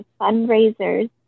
fundraisers